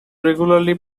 regularly